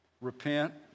repent